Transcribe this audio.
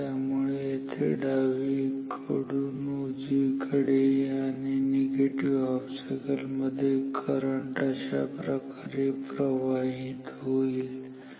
त्यामुळे येथे डावीकडून उजवीकडे आणि निगेटिव्ह सायकल मध्ये करंट अशाप्रकारे प्रवाहित होईल ठीक आहे